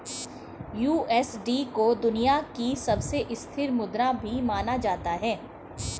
USD को दुनिया की सबसे स्थिर मुद्रा भी माना जाता है